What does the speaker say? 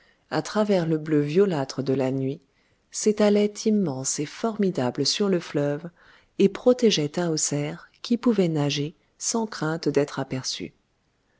à travers le bleu violâtre de la nuit s'étalait immense et formidable sur le fleuve et protégeait tahoser qui pouvait nager sans crainte d'être aperçue